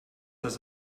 das